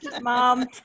mom